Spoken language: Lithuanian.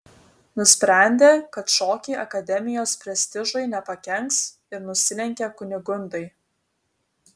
nusprendė kad šokiai akademijos prestižui nepakenks ir nusilenkė kunigundai